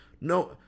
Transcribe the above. no